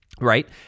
Right